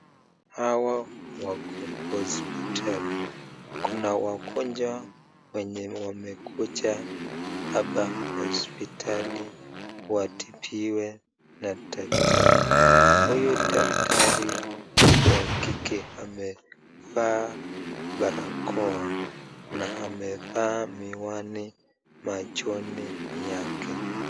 Hawa wako hospitali, kuna wagonjwa wenye wamekuja hapa hospitali watibiwe na daktari, Huyu daktari wa kike amevaa barakoa na amevaa miwani machoni yake.